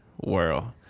world